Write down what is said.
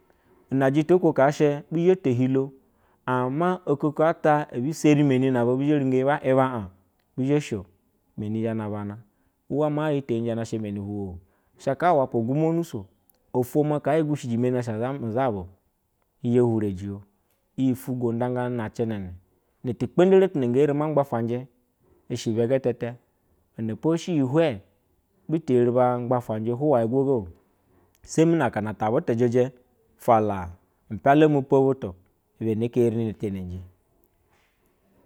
Nara sita ko ka she bi zhe to chilo, ama okoko ta ebishvi meni na aba bizhe. Ruyiba iba ajbi zhe so meni na bana uwama hie to hiju mi asha mani huwomu ashala wapa junu so, ofwo ma hi gushiji meniasha azabao hizhe hure jiyo, iyi twu go nda ngane na cenecɛ ne kpedere tuna nge evi ma gbafanji ishe ibe getete ulaneposhɛ huwaye have hweo, semina akana ta butu jeje fala mpiala mu po butu ibe neke eri ne teneji.